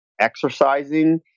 exercising